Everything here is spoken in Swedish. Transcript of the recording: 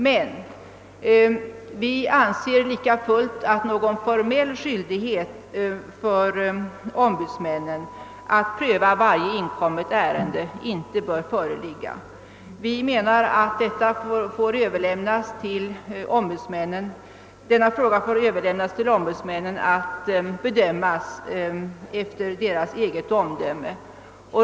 Men vi anser likafullt att någon formell skyldighet för ombudsmännen att pröva varje inkommet ärende inte bör föreligga. Vi menar att denna fråga får överlämnas till ombudsmännen att bedömas efter deras eget omdöme.